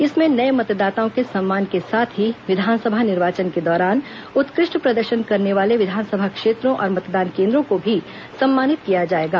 इसमें नए मतदाताओं के सम्मान के साथ ही विधानसभा निर्वाचन के दौरान उत्कृष्ट प्रदर्शन करने वाले विधानसभा क्षेत्रों और मतदान केन्द्रों को भी सम्मानित किया जाएगा